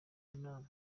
mana